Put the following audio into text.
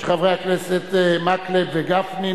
של חברי הכנסת מקלב וגפני,